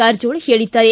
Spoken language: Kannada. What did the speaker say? ಕಾರಜೋಳ ಹೇಳಿದ್ದಾರೆ